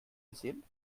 gesehen